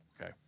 Okay